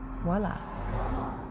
voila